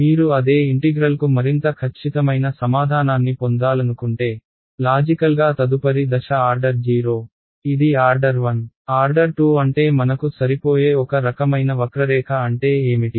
మీరు అదే ఇంటిగ్రల్కు మరింత ఖచ్చితమైన సమాధానాన్ని పొందాలనుకుంటే లాజికల్గా తదుపరి దశ ఆర్డర్ 0 ఇది ఆర్డర్ 1 ఆర్డర్ 2 అంటే మనకు సరిపోయే ఒక రకమైన వక్రరేఖ అంటే ఏమిటి